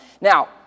Now